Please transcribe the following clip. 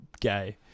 gay